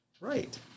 Right